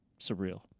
surreal